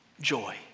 joy